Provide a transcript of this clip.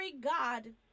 God